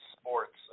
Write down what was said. sports